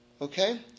Okay